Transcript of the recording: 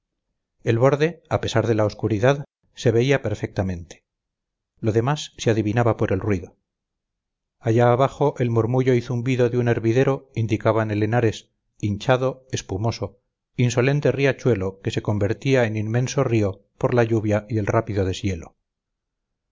el borde a pesar de la oscuridad se veía perfectamente lo demás se adivinaba por el ruido allá abajo el murmullo y zumbido de un hervidero indicaban el henares hinchado espumoso insolente riachuelo que se convertía en inmenso río por la lluvia y el rápido